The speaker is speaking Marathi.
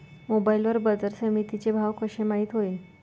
मोबाईल वर बाजारसमिती चे भाव कशे माईत होईन?